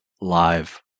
live